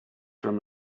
from